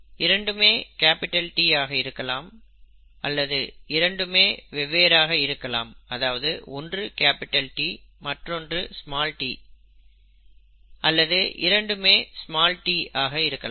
இரண்டுமே T ஆக இருக்கலாம் அல்லது இரண்டும் வெவ்வேறாக இருக்கலாம் அதாவது ஒன்று T மற்றொன்று t அவை இருக்கலாம் அல்லது இரண்டுமே t ஆக இருக்கலாம்